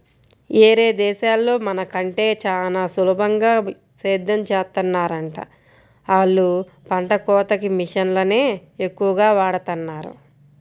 యేరే దేశాల్లో మన కంటే చానా సులభంగా సేద్దెం చేత్తన్నారంట, ఆళ్ళు పంట కోతకి మిషన్లనే ఎక్కువగా వాడతన్నారు